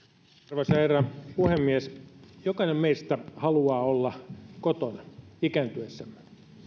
arvoisa herra puhemies jokainen meistä haluaa olla kotona ikääntyessämme